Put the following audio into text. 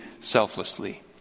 selflessly